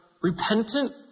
repentant